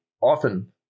often